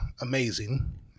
amazing